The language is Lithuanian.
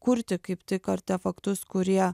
kurti kaip tik artefaktus kurie